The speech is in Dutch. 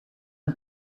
een